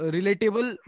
Relatable